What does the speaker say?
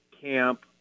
camp